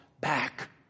back